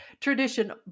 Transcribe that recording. tradition